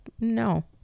no